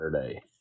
Saturday